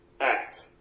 act